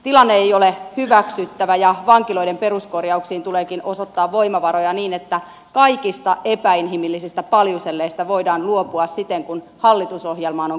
tilanne ei ole hyväksyttävä ja vankiloiden peruskorjauksiin tuleekin osoittaa voimavaroja niin että kaikista epäinhimillisistä paljuselleistä voidaan luopua siten kuin hallitusohjelmaan on kirjattu